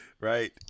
Right